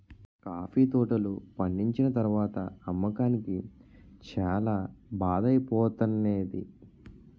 coffee తోటలు పండిచ్చిన తరవాత అమ్మకానికి చాల బాధ ఐపోతానేది